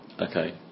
Okay